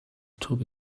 toby